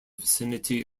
vicinity